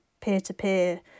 peer-to-peer